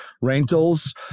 rentals